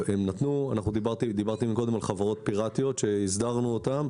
דיברתי קודם על חברות פיראטיות שהסדרנו אותן,